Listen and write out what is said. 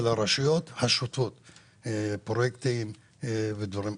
של הרשויות כמו פרויקטים ודברים כאלה.